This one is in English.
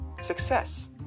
success